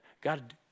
God